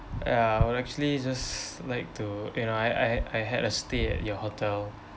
ya would actually just like to you know I I I had a stay at your hotel